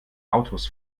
autos